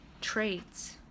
traits